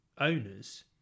owners